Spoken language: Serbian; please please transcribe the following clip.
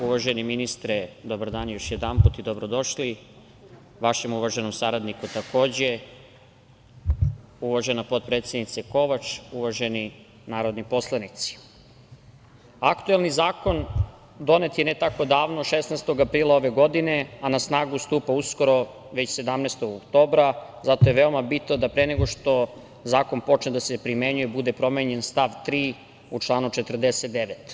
Uvaženi ministre, dobar dan još jedanput i dobrodošli, vašem uvaženom saradniku, takođe, uvažena potpredsednice Kovač, uvaženi narodni poslanici, aktuelni zakon donet je ne tako davno 16. aprila ove godine, a na snagu stupa uskoro, već 17. oktobra, i zato je veoma bitno da pre nego što zakon počne da se primenjuje bude promenjen stav 3. u članu 49.